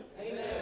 Amen